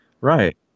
Right